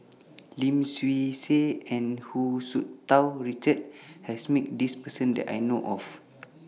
Lim Swee Say and Hu Tsu Tau Richard has Met This Person that I know of